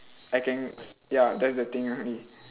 I can ya that's the thing with me